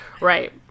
right